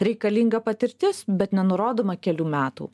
reikalinga patirtis bet nenurodoma kelių metų